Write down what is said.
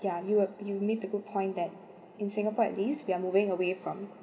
ya you were you made a good point that in singapore at least we are moving away from